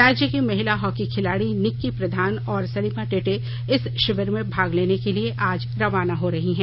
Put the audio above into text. राज्य की महिला हॉकी खिलाड़ी निक्की प्रधान और सलिमा टेटे इस श्रीाविर में भाग लेने के लिए आज रवाना हो रही है